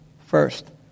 first